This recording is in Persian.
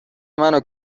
منو